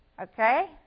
Okay